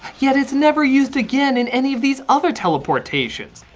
yet it's never used again in any of these other teleportations.